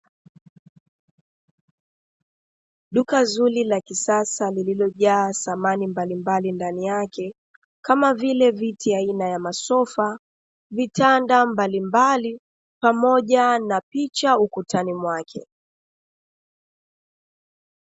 Duka zuri la kisasa lililojaa samani mbalimbali ndani yake, kama vile; viti aina ya masofa, vitanda mbalimbali, pamoja na picha ukutani mwake.